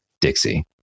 Dixie